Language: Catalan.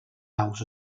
aus